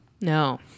No